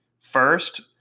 first